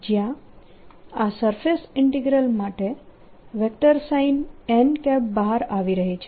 જ્યાં આ surface integral માટે વેક્ટર સાઈન n બહાર આવી રહી છે